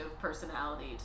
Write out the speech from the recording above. personality